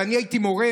ואני הייתי מורה,